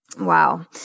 Wow